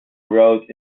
rode